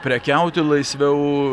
prekiauti laisviau